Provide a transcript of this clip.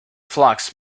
flux